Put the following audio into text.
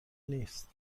نیست